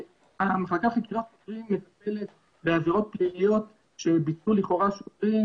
המחלקה לחקירות שוטרים מטפלת בעבירות פליליות שביצעו לכאורה שוטרים,